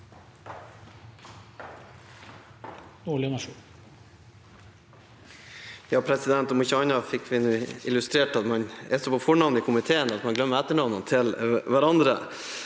Om ikke annet fikk vi nå illustrert at man er så på fornavn i komiteen at man glemmer etternavnene til hverandre.